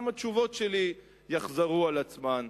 גם התשובות שלי יחזרו על עצמן.